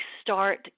start